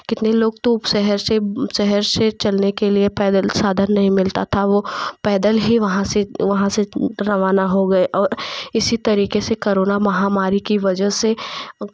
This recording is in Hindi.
कितने लोग तो शहर से शहर से चलने के लिए पैदल साधन नहीं मिलता था वो पैदल ही वहाँ से वहाँ से रवाना हो गए औ इसी तरीक़े से करोना महामारी की वजह से